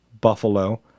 Buffalo